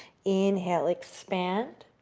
inhale, expand.